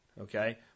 Okay